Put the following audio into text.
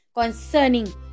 Concerning